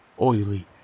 oily